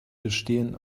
bestehen